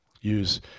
use